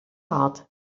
heart